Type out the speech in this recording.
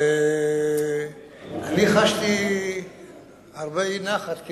חשתי הרבה נחת,